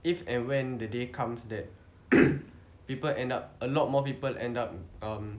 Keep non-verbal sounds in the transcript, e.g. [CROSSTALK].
if and when the day comes that [COUGHS] people end up a lot more people end up um